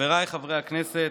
חבריי חברי הכנסת,